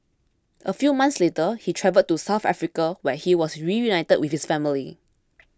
a few months later he travelled to South Africa where he was reunited with his family